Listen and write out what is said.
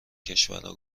کشورا